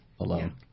alone